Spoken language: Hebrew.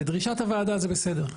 לדרישת הוועדה זה בסדר,